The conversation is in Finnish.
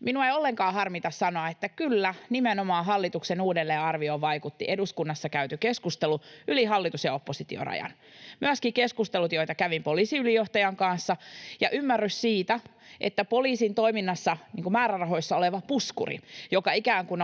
Minua ei ollenkaan harmita sanoa, että kyllä, nimenomaan hallituksen uudelleenarvioon vaikuttivat eduskunnassa käyty keskustelu yli hallitus- ja oppositiorajan ja myöskin keskustelut, joita kävin poliisiylijohtajan kanssa, ja ymmärrys siitä, että poliisin toiminnassa määrärahoissa oleva puskuri, joka on ikään kuin